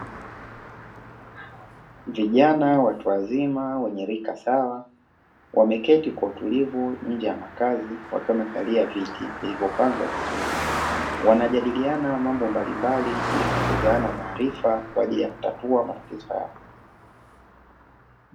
Vijana watu wazima wenye rika sawa, wameketi kwa utulivu nje ya makazi wakiwa wamekalia viti vilivyopangwa vizuri, wanajadiliana mambo mbalimbali ili kuongezeana maarifa kwa ajili ya kutatua matatizo hayo.